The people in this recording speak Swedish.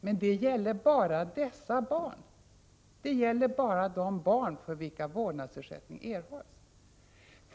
Men detta gäller bara de barn för vilka vårdnadsersättning erhålls.